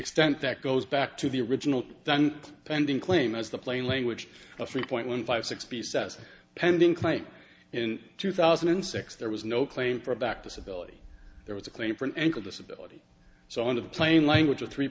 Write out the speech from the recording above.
extent that goes back to the original pending claim as the plain language of three point one five six b says pending quite in two thousand and six there was no claim for back disability there was a claim for an ankle disability so in the plain language of three